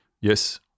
Yes